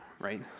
right